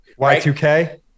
Y2K